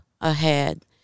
ahead